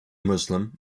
muslim